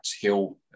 hill